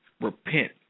Repent